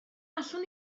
allwn